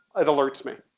it alerts me.